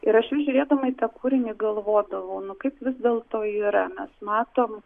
ir aš vis žiūrėdama į tą kūrinį galvodavau nu kaip vis dėlto yra mes matom